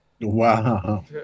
Wow